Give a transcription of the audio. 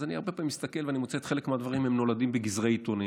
הרבה פעמים אני מסתכל ואני מוצא שחלק מהדברים נולדים מגזרי עיתונים,